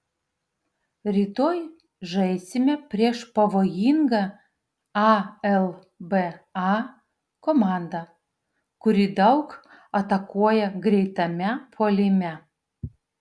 rytoj žaisime prieš pavojingą alba komandą kuri daug atakuoja greitame puolime